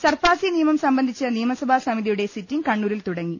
സർഫാസിനിയമം സംബന്ധിച്ച നിയമസഭാ സമിതിയുടെ സിറ്റി ങ്ങ് കണ്ണൂരിൽ തുടങ്ങി